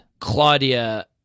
Claudia